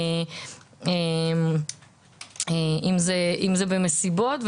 אם זה במסיבות,